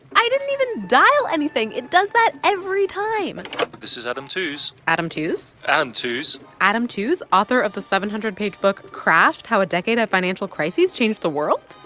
i didn't even dial anything. it does that every time this is adam tooze adam tooze? adam tooze adam tooze, author of the seven hundred page book, crashed how a decade of financial crises changed the world?